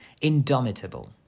indomitable